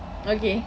okay